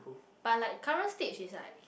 but like current stage is like